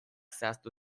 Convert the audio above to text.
zehaztu